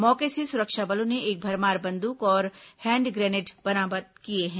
मौके से सुरक्षा बलों ने एक भरमार बंदूक और हैंड ग्रेनेड बरामद किए हैं